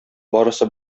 барысы